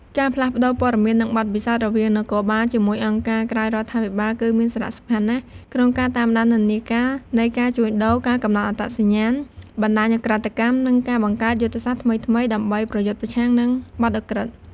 ការផ្លាស់ប្ដូរព័ត៌មាន និងបទពិសោធន៍រវាងនគរបាល ជាមួយអង្គការក្រៅរដ្ឋាភិបាល គឺមានសារៈសំខាន់ណាស់ក្នុងការតាមដាននិន្នាការនៃការជួញដូរ ការកំណត់អត្តសញ្ញាណបណ្ដាញឧក្រិដ្ឋកម្ម និងការបង្កើតយុទ្ធសាស្ត្រថ្មីៗដើម្បីប្រយុទ្ធប្រឆាំងនឹងបទឧក្រិដ្ឋ។